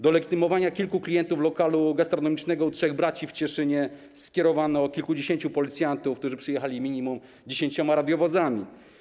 Do legitymowania kilku klientów lokalu gastronomicznego trzech braci w Cieszynie skierowano kilkudziesięciu policjantów, którzy przyjechali minimum 10 radiowozami.